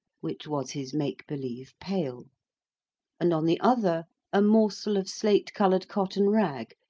which was his make-believe pail and on the other a morsel of slate-coloured cotton rag,